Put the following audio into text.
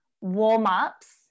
warm-ups